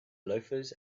loafers